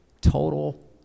total